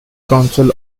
council